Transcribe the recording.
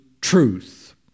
truth